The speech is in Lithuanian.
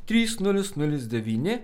trys nulis nulis devyni